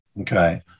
Okay